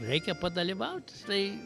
reikia padalyvaut tai